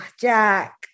Jack